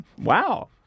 Wow